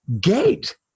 gate